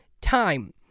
time